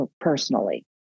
personally